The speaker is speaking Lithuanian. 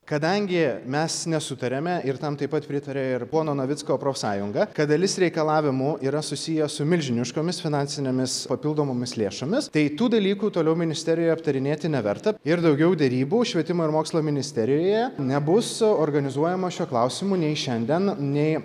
kadangi mes nesutariame ir tam taip pat pritaria ir pono navicko profsąjunga kad dalis reikalavimų yra susiję su milžiniškomis finansinėmis papildomomis lėšomis tai tų dalykų toliau ministerijoje aptarinėti neverta ir daugiau derybų švietimo ir mokslo ministerijoje nebus organizuojama šiuo klausimu nei šiandien nei